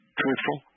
truthful